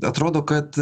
atrodo kad